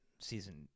season